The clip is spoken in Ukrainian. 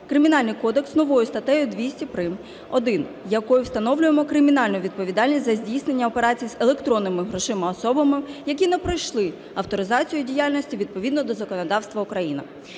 Кримінальний кодекс новою статтею 200 прим.1, якою встановлюємо кримінальну відповідальність за здійснення операцій з електронними грошима особами, які не пройшли авторизацію діяльності відповідно до законодавства України.